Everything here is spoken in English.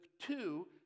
two